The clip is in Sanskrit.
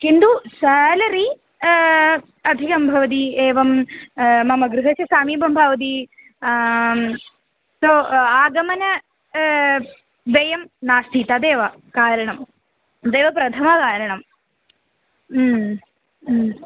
किन्तु सेलरी अधिकं भवति एवं मम गृहस्य समीपं भवति सो आगमनं व्ययं नास्ति तदेव कारणं तदेव प्रथमं कारणम्